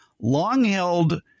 long-held